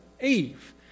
Eve